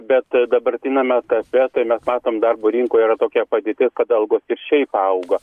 bet dabartiniame etape tai mes matom darbo rinkoj yra tokia padėtis kad algos ir šiaip auga